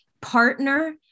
partner